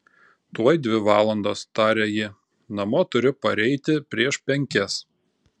tuoj dvi valandos tarė ji namo turiu pareiti prieš penkias